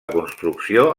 construcció